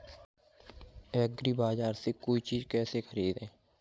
एग्रीबाजार से कोई चीज केसे खरीदें?